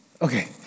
Okay